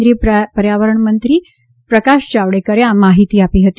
કેન્દ્રિય પર્યાવરણ મંત્રી પ્રકાશ જાવડેકરે આ માહિતી આપી હતી